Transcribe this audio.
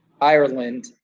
Ireland